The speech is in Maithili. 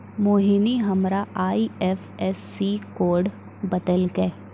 मोहिनी हमरा आई.एफ.एस.सी कोड बतैलकै